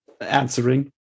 answering